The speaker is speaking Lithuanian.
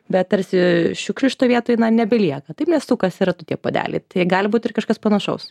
bet tarsi šiukšlių šitoj vietoj nebelieka taip nes sukasi ratu tie puodeliai tai gali būt ir kažkas panašaus